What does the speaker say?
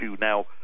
Now